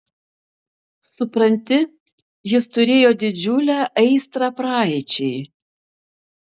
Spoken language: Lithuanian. supranti jis turėjo didžiulę aistrą praeičiai